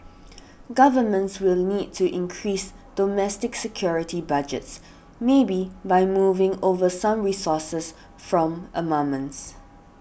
governments will need to increase domestic security budgets maybe by moving over some resources from armaments